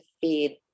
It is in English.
feed